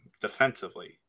defensively